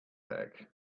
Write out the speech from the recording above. back